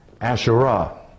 Asherah